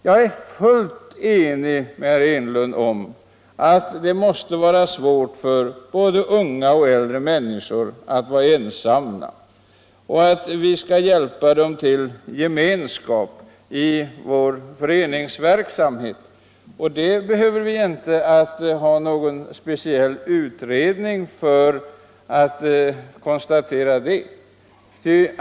Jag är fullt enig med herr Enlund om att det måste vara svårt för Främjande av både unga och äldre människor att vara ensamma och att vi bör hjälpa = personligt ansvarsdem till gemenskap i vår föreningsverksamhet. Det behövs ingen speciell — tagande och ideellt utredning för att konstatera det.